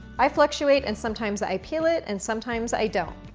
i fluctuate and sometimes i peel it and sometimes i don't.